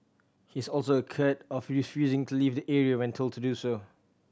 he is also accused of refusing to leave the area when told to do so